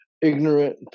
ignorant